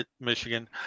Michigan